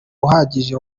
uhagije